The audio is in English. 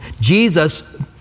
Jesus